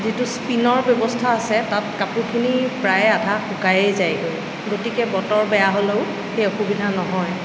যিটো স্পিনৰ ব্যৱস্থা আছে তাত কাপোৰখিনি প্ৰায়ে আধা শুকায়ে যায়গৈ গতিকে বতৰ বেয়া হ'লেও সেই অসুবিধা নহয়